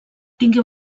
tingué